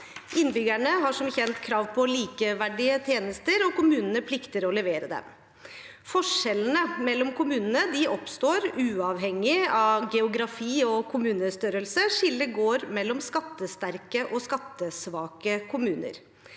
Innbyggerne har krav på likeverdige tjenester, og kommunene plikter å levere dem. Forskjellene mellom kommunene oppstår uavhengig av geografi og kommunestørrelse; skillet går mellom skattesterke- og svake kommuner.